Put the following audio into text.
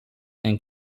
and